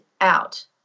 out